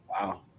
Wow